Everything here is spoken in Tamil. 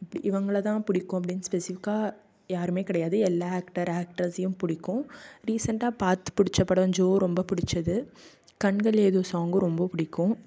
இப்படி இவங்கள தான் பிடிக்கும் அப்படின்னு ஸ்பெசிஃபிக்காக யாருமே கிடையாது எல்லா ஆக்டர் ஆக்டர்ஸையும் பிடிக்கும் ரீசெண்டாக பார்த்து பிடிச்ச படம் ஜோ ரொம்ப பிடுச்சது கண்கள் எதோ சாங்கும் ரொம்ப பிடிக்கும்